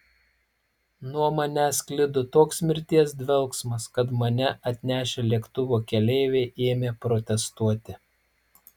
nuo manęs sklido toks mirties dvelksmas kad mane atnešę lėktuvo keleiviai ėmė protestuoti